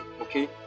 okay